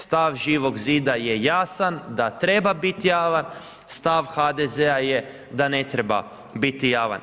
Stav Živog zida je jasan, da treba biti javan, stav HDZ-a je da ne treba biti javan.